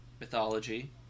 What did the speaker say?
mythology